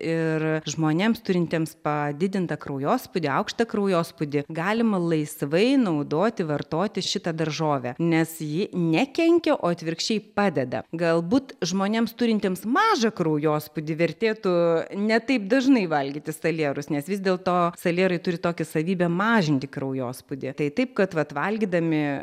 ir žmonėms turintiems padidintą kraujospūdį aukštą kraujospūdį galima laisvai naudoti vartoti šitą daržovę nes ji nekenkia o atvirkščiai padeda galbūt žmonėms turintiems mažą kraujospūdį vertėtų ne taip dažnai valgyti salierus nes vis dėl to salierai turi tokią savybę mažinti kraujospūdį tai taip kad valgydami